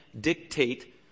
dictate